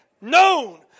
known